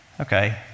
Okay